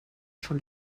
schon